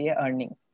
earning